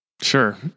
Sure